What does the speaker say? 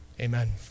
Amen